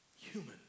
human